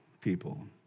people